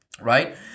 Right